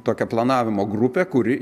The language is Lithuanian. tokią planavimo grupę kuri